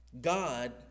God